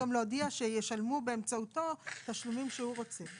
להודיע שישלמו באמצעותו תשלומים שהוא רוצה.